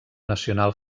nacional